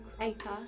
acre